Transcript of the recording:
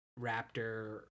raptor